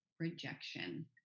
Rejection